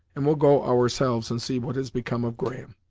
and we'll go ourselves and see what has become of graham.